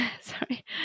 sorry